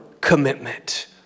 Commitment